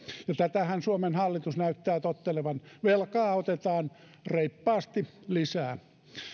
no tätähän suomen hallitus näyttää tottelevan velkaa otetaan reippaasti lisää